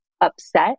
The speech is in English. upset